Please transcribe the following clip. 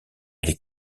les